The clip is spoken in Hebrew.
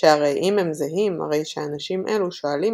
שהרי אם הם זהים הרי שאנשים אלו שואלים